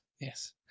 Yes